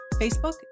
Facebook